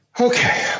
Okay